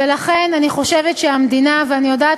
ולכן אני חושבת שהמדינה ואני יודעת